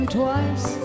twice